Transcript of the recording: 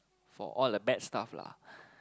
for all the bad stuff lah